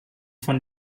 von